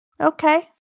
okay